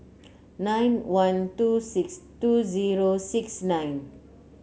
nine one two six two zero six nine